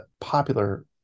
popular